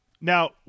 Now